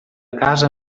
casa